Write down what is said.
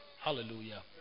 Hallelujah